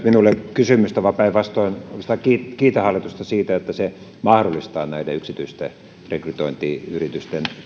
kysymystä vaan päinvastoin oikeastaan kiitän hallitusta siitä että se mahdollistaa näiden yksityisten rekrytointiyritysten